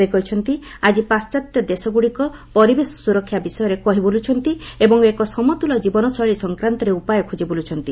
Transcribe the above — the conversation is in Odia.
ସେ କହିଛନ୍ତି ଆଳି ପାଣ୍ଟାତ୍ୟ ଦେଶଗୁଡ଼ିକ ପରିବେଶ ସୁରକ୍ଷା ବିଷୟରେ କହି ବୁଲୁଛନ୍ତି ଏବଂ ଏକ ସମତୁଲ ଜୀବନଶୈଳୀ ସଂକ୍ରାନ୍ତରେ ଉପାୟ ଖୋଜି ବୁଲୁଛନ୍ତି